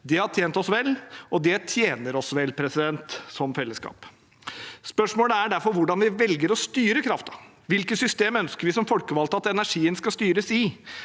Det har tjent oss vel, og det tjener oss vel som fellesskap. Spørsmålet er derfor hvordan vi velger å styre kraften. Hvilke system ønsker vi som folkevalgte at energien skal styres i?